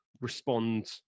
respond